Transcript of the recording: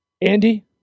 Andy